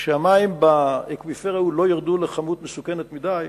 כשהמים באקוויפר ההוא לא ירדו לכמות מסוכנת מדי,